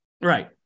Right